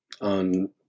on